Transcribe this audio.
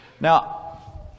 Now